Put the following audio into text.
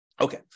Okay